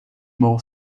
more